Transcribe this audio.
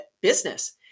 business